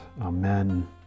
Amen